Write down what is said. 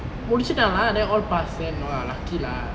முடிச்சிட்டான் லா:mudichitaan la then all pass and !wah! lucky lah